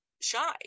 shy